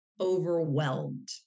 overwhelmed